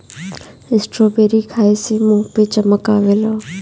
strawberry खाए से मुंह पे चमक आवेला